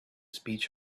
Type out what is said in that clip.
speech